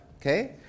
Okay